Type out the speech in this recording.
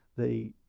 the,